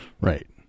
right